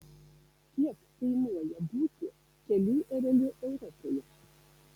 kiek kainuoja būti kelių ereliu europoje